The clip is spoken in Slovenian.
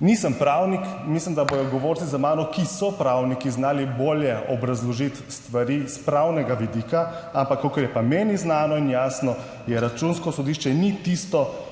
Nisem pravnik, mislim, da bodo govorci za mano, ki so pravniki, znali bolje obrazložiti stvari s pravnega vidika, ampak kolikor je pa meni znano in jasno, Računsko sodišče ni tisto,